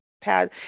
pad